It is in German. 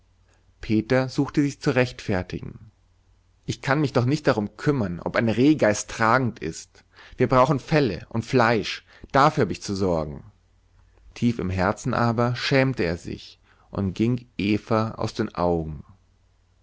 peter suchte sich zu rechtfertigen ich kann mich doch nicht darum kümmern ob eine rehgeiß tragend ist wir brauchen felle und fleisch dafür hab ich zu sorgen tief im herzen aber schämte er sich und ging eva aus den augen